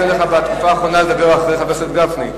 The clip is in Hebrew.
יוצא לך בתקופה האחרונה לדבר אחרי חבר הכנסת גפני.